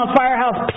firehouse